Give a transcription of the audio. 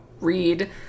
read